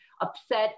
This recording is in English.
upset